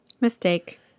Mistake